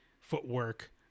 footwork